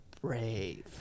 brave